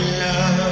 love